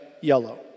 yellow